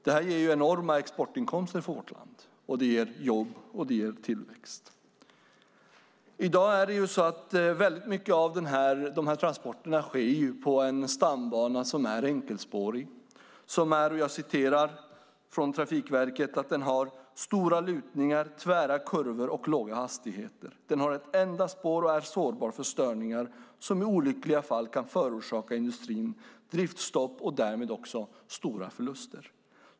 Det ger enorma exportinkomster för vårt land, och det ger jobb och tillväxt. I dag sker mycket av de transporterna på en stambana som är enkelspårig. Som Trafikverket säger: "Den har stora lutningar, tvära kurvor och låga hastigheter. Den har ett enda spår och är sårbar för störningar, som i olyckliga fall kan förorsaka industrin driftstopp och stora förluster."